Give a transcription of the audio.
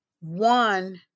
one